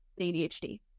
ADHD